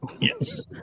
Yes